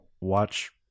watch